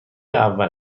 اول